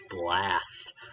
Blast